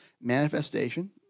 manifestation